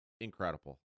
incredible